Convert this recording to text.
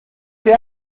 ese